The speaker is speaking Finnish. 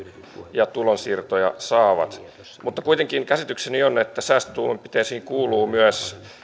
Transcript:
ja tulonsiirtoja saavat mutta kuitenkin käsitykseni on että säästötoimenpiteisiin kuuluu myös